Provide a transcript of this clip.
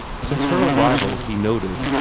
since her arrival, he noted,